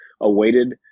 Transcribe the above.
awaited